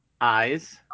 Eyes